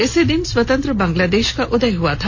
इसी दिन स्वतंत्र बाँग्लादेश का उदय हुआ था